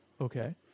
Okay